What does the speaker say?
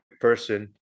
person